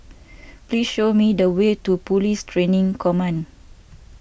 please show me the way to Police Training Command